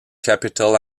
capital